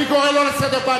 אני קורא אותו לסדר פעם